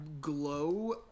glow